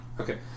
Okay